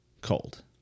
cold